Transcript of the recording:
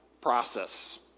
process